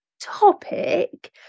topic